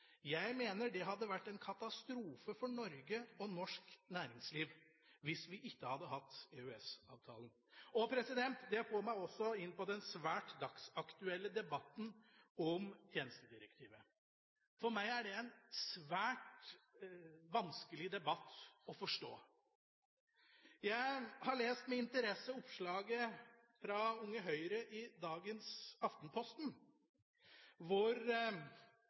Jeg mener det hadde vært en katastrofe for Norge og norsk næringsliv hvis vi ikke hadde hatt EØS-avtalen. Det får meg også inn på den svært dagsaktuelle debatten om vikarbyrådirektivet. For meg er det en svært vanskelig debatt å forstå. Jeg har med interesse lest oppslaget om Unge Høyre i dagens Aftenposten, hvor